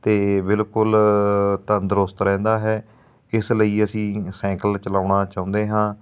ਤਾਂ ਬਿਲਕੁਲ ਤੰਦਰੁਸਤ ਰਹਿੰਦਾ ਹੈ ਇਸ ਲਈ ਅਸੀਂ ਸੈਂਕਲ ਚਲਾਉਣਾ ਚਾਹੁੰਦੇ ਹਾਂ